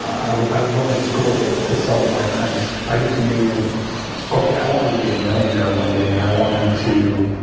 i was i was going to school to sell to my friends i just knew okay i wanted to be a millionaire one day and i wanted to